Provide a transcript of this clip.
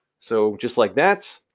so, just like that,